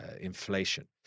inflation